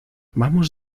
vamos